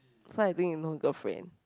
so I think he no girlfriend